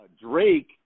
Drake